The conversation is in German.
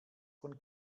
von